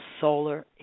solar